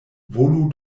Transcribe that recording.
volu